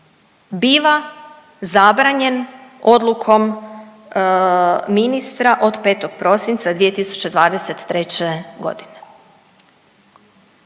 biva zabranjen odlukom ministra od 5. prosinca 2023. godine.